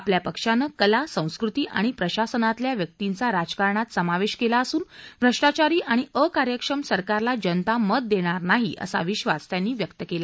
आपल्या पक्षानं कला संस्कृती आणि प्रशासनातल्या व्यक्तींचा राजकारणात समावेश केला असून भ्रष्टाचारी आणि अकार्यक्षम सरकारला जनता मत देणार नाही असा विश्वास त्यांनी व्यक्त केला